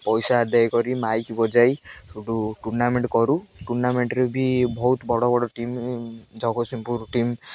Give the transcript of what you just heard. ପଇସା ଆଦାୟ କରି ମାଇକ୍ ବଜାଇ ସେଠୁ ଟୁର୍ଣ୍ଣାମେଣ୍ଟ କରୁ ଟୁର୍ଣ୍ଣାମେଣ୍ଟରେେ ବି ବହୁତ ବଡ଼ ବଡ଼ ଟିମ୍ ଜଗତସିଂହପୁର ଟିମ୍